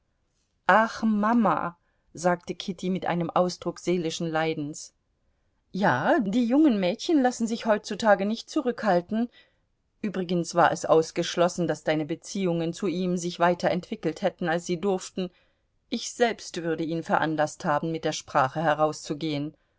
ach mama sagte kitty mit einem ausdruck seelischen leidens ja die jungen mädchen lassen sich heutzutage nicht zurückhalten übrigens war es ausgeschlossen daß deine beziehungen zu ihm sich weiter entwickelt hätten als sie durften ich selbst würde ihn veranlaßt haben mit der sprache herauszugehen